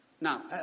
Now